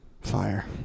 Fire